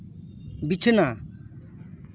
ᱵᱤᱪᱷᱱᱟᱹ